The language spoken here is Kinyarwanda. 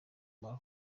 kamaro